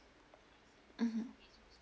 mmhmm